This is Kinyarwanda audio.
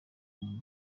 umuntu